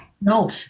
No